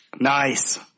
Nice